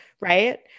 right